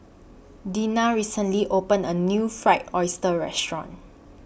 Dena recently opened A New Fried Oyster Restaurant